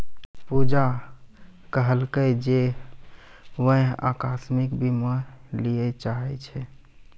पूजा कहलकै जे वैं अकास्मिक बीमा लिये चाहै छै